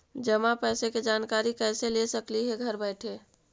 जमा पैसे के जानकारी कैसे ले सकली हे घर बैठे?